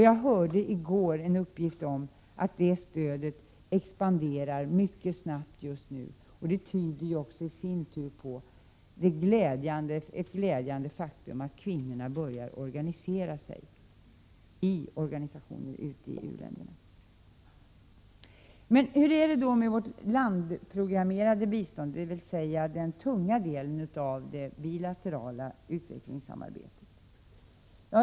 Jag hörde i går en uppgift om att det stödet expanderar mycket snabbt just nu, och det tyder i sin tur på det glädjande faktum att kvinnorna börjar organisera sig ute i u-länderna. Men hur är det då med vårt landprogrammerade bistånd, dvs. den tunga delen av det bilaterala utvecklingssamarbetet?